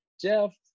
Jeff